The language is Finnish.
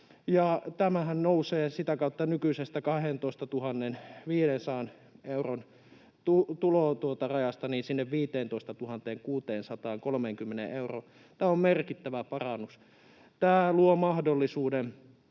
tämähän nousee sitä kautta nykyisestä 12 500 euron tulorajasta sinne 15 630 euroon. Tämä on merkittävä parannus. Tämä luo mahdollisuuden